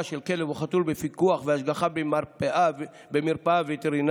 של כלב או חתול בפיקוח והשגחה במרפאה וטרינרית,